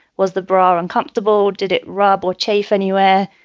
was the bra uncomfortable? did it rub or chafe anywhere?